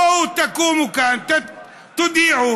בואו, תקומו כאן, תודיעו: